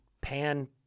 pan